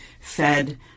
fed